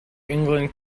england